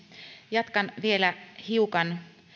jatkan vielä hiukan